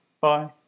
Bye